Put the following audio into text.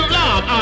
love